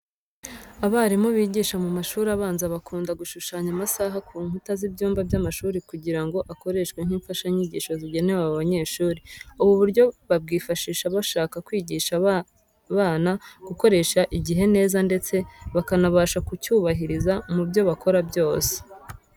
Abarimu bigisha mu mashuri abanza bakunda gushushanya amasaha ku nkuta z'ibyumba by'amashuri kugira ngo akoreshwe nk'imfashanyigisho zigenewe aba banyeshuri. Ubu buryo babwifashisha bashaka kwigisha aba bana gukoresha igihe neza ndetse bakanabasha kucyubahiriza mu byo bakora byose.